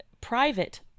private